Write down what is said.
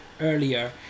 earlier